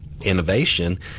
innovation